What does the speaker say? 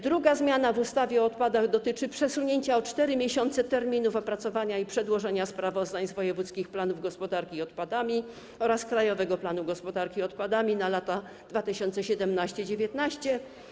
Druga zmiana w ustawie o odpadach dotyczy przesunięcia o 4 miesiące terminów opracowania i przedłożenia sprawozdań z wojewódzkich planów gospodarki odpadami oraz „Krajowego planu gospodarki odpadami na lata 2017-2019”